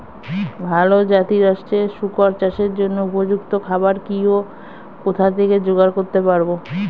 ভালো জাতিরাষ্ট্রের শুকর চাষের জন্য উপযুক্ত খাবার কি ও কোথা থেকে জোগাড় করতে পারব?